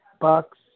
bucks